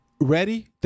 Ready